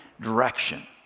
direction